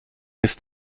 ist